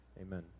Amen